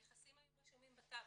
הנכסים היו רשומים בטאבו.